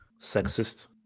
sexist